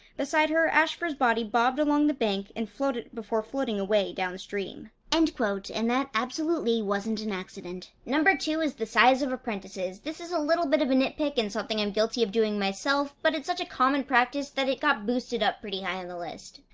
beside her, ashfur's body bobbed along the bank and floated before floating away down the stream. end quote and that absolutely wasn't an accident. number two is the size of apprentices. this is a little bit of a nitpick in something i'm guilty of doing myself, but it's such a common practice that it got boosted up pretty high on the list.